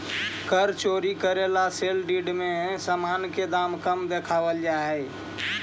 कर चोरी करे ला सेल डीड में सामान के दाम कम देखावल जा हई